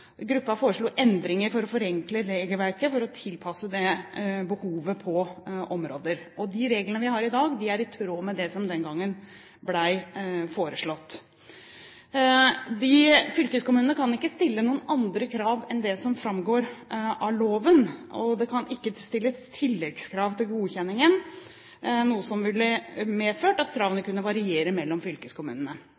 for å tilpasse det behovet på området. De reglene vi har i dag, er i tråd med det som den gangen ble foreslått. Fylkeskommunene kan ikke stille andre krav enn dem som framgår av loven. Det kan ikke stilles tilleggskrav til godkjenningen, noe som ville medført at kravene